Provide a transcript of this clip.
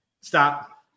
Stop